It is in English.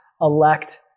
elect